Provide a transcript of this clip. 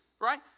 right